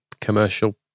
Commercial